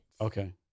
Okay